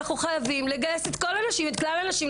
אנחנו חייבים לגייס את כלל הנשים,